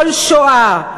כל שואה,